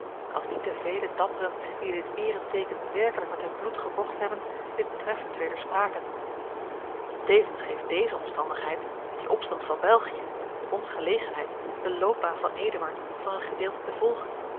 als niet de vele dapperen die dit eereteeken werkelijk met hun bloed gekocht hebben dit treffend wederspraken tevens geeft deze omstandigheid die opstand van belgie ons gelegenheid de loopbaan van eduard voor een gedeelte te volgen